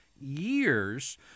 years